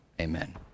Amen